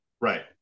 right